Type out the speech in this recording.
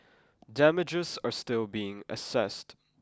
damages are still being assessed